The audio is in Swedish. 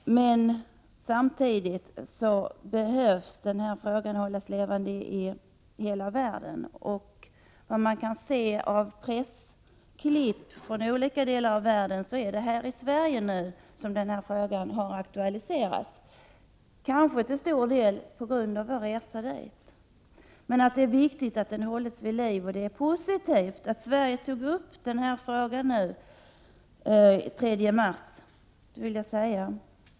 Men det är viktigt att denna fråga hålls vid liv i hela världen. Av pressklipp från olika delar av världen att döma är det här i Sverige som denna fråga nu har aktualiserats, kanske till stor del på grund av vår resa till Turkiet. Men det är alltså viktigt att denna fråga hålls vid liv. Det är positivt att man från svensk sida tog upp denna fråga den 3 mars.